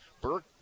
Burke